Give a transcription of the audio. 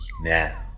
Now